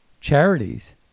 charities